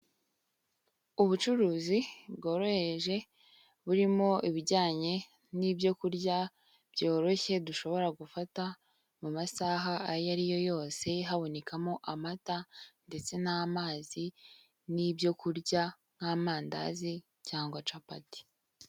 Ubucuruzi bworoheje burimo ibijyanye n'ibyo kurya byoroshye dushobora gufata mu masaha ayo ariyo yose habonekamo amata ndetse n'amazi n'ibyo kurya nk'amandazi cyangwa capati.